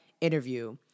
interview